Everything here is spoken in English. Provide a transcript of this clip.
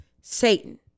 Satan